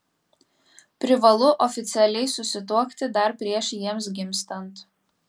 privalu oficialiai susituokti dar prieš jiems gimstant